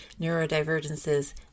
neurodivergences